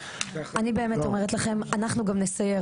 אני באמת אומרת לכם אני גם נסייר,